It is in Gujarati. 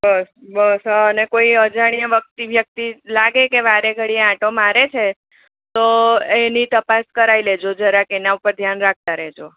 બસ બસ હ કોઈ અજાણ્યા વ્યક્તિ વ્યક્તિ લાગે કે વારે ઘણીએ આંટો મારે છે તો એની તપાસ કરાઈ લેવાની જરાક એની પર ધ્યાન રાખતા રેહજો